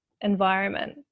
environment